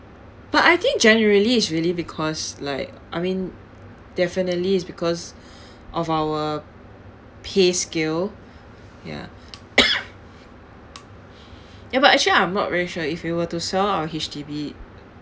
but I think generally is really because like I mean definitely is because of our pay scale ya ya but actually I'm not very sure if we were to sell our H_D_B